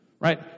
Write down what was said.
Right